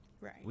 right